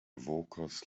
vokas